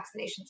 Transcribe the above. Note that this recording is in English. vaccinations